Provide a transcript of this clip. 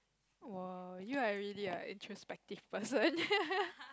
!wow! you are really an introspective person